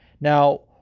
Now